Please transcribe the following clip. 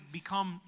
become